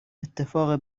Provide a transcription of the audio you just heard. اتفاق